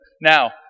Now